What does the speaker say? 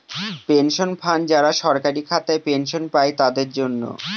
pension fund যারা সরকারি খাতায় পেনশন পাই তাদের জন্য